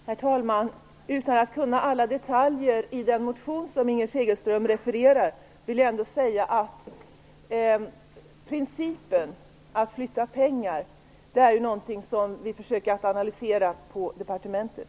Herr talman! Utan att kunna alla detaljer i den motion som Inger Segelström refererar till vill jag ändå säga att principen att flytta pengar är någonting som vi försöker analysera på departementet.